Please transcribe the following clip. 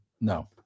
No